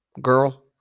girl